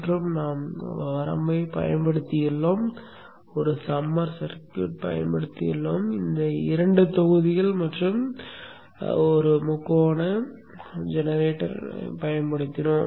மற்றும் நாம் வரம்பைப் பயன்படுத்தியுள்ளோம் சம்மரை பயன்படுத்தினோம் இந்த இரண்டு தொகுதிகள் மற்றும் முக்கோண ஜெனரேட்டரைப் பயன்படுத்தினோம்